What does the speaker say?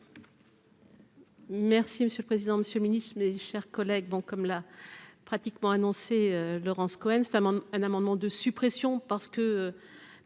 Merci monsieur le président, Monsieur le Ministre, mes chers collègues, bon, comme l'a pratiquement annoncé Laurence Cohen c'est un amendement de suppression parce que